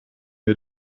mir